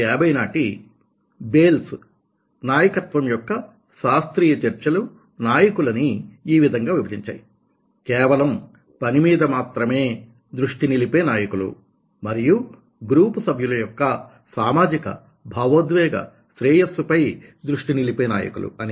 1950 నాటి బేల్స్ నాయకత్వం యొక్క శాస్త్రీయ చర్చలు నాయకులని ఈ విధంగా విభజించాయి కేవలం పని మీద మాత్రమే దృష్టి నిలిపే నాయకులు మరియు గ్రూపు సభ్యుల యొక్క సామాజిక భావోద్వేగ శ్రేయస్సు పై దృష్టి నిలిపే నాయకులు అని